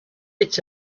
its